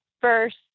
first